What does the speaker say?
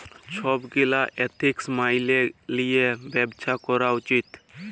ছব গীলা এথিক্স ম্যাইলে লিঁয়ে ব্যবছা ক্যরা উচিত